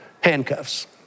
handcuffs